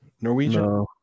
Norwegian